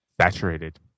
Saturated